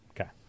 okay